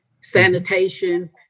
sanitation